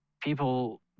people